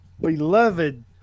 beloved